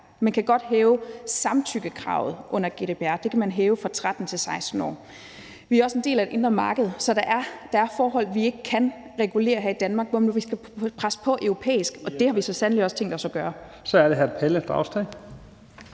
Man kan godt hæve samtykkekravet under GDPR; det kan man hæve fra 13 til 16 år. Vi er også en del af et indre marked. Så der er forhold, vi ikke kan regulere her i Danmark, men vi skal presse på i europæisk sammenhæng, og det har vi så sandelig også tænkt os at gøre. Kl. 15:19 Første